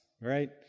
right